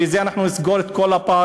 בזה נסגור את כל הפערים,